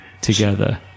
together